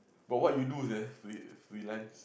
but what you do sia free~ freelance